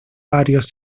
varios